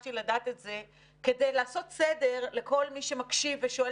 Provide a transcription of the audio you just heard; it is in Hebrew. ביקשתי לדעת את זה כדי לעשות סדר לכל מי שמקשיב ושואל